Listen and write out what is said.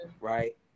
right